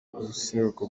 ubuseruko